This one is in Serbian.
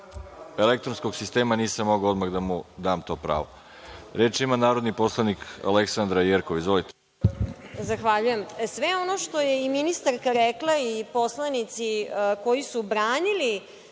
elektronskog sistema nisam mogao odmah da mu dam to pravo. Reč ima narodni poslanik Aleksandra Jerkov. **Aleksandra Jerkov** Zahvaljujem. Sve ono što je i ministarka rekla i poslanici koji su branili